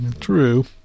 True